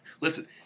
listen